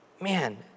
Man